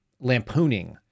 lampooning